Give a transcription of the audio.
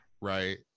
right